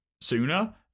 sooner